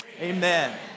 amen